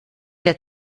der